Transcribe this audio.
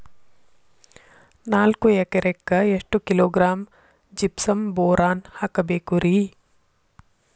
ನಾಲ್ಕು ಎಕರೆಕ್ಕ ಎಷ್ಟು ಕಿಲೋಗ್ರಾಂ ಜಿಪ್ಸಮ್ ಬೋರಾನ್ ಹಾಕಬೇಕು ರಿ?